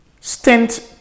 stent